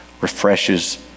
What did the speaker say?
refreshes